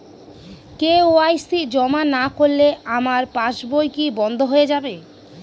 KYC জমা না করলে আমার পাসবই কি বন্ধ হয়ে যাবে?